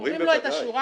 אומרים לו את השורה